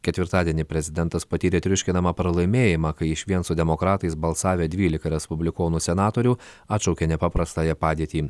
ketvirtadienį prezidentas patyrė triuškinamą pralaimėjimą kai išvien su demokratais balsavę dvylika respublikonų senatorių atšaukė nepaprastąją padėtį